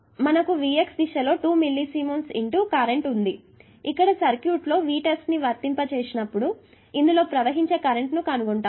కాబట్టి మనకు Vx దిశలో 2 మిల్లీ సిమెన్స్ కరెంట్ ఉంది ఇక్కడ సర్క్యూట్లో Vtest ని వర్తింపచేసినప్పుడు ఇందులో ప్రవహించే కరెంటు ను కనుగొనాలి